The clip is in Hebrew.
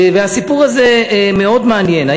והסיפור הזה מאוד מעניין.